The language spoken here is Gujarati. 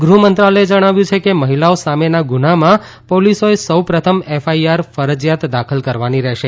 ગૃહ મંત્રાલયે જણાવ્યું છે કે મહિલાઓ સામેના ગુન્હામાં પોલીસોએ સૌ પ્રથમ એફઆઇઆર ફરજીયાત દાખલ કરવાની રહેશે